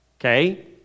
Okay